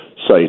site